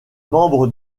membres